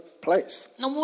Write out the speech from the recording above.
place